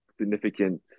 Significant